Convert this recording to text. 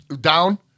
Down